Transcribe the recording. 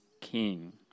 king